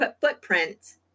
footprint